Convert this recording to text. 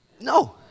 No